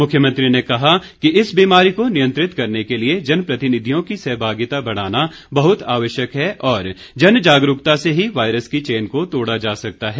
मुख्यमंत्री ने कहा कि इस बीमारी को नियंत्रित करने के लिए जन प्रतिनिधियों की सहभागिता बढ़ाना बहुत आवश्यक है और जन जागरूकता से ही वायरस की चेन को तोड़ा जा सकता है